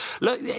look